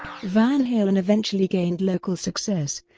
van halen eventually gained local success,